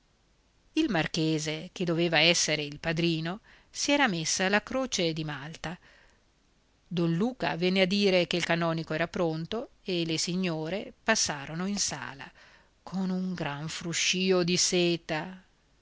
il marchese che doveva essere il padrino si era messa la croce di malta don luca venne a dire che il canonico era pronto e le signore passarono in sala con un gran fruscìo di seta